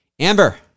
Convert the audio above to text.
Amber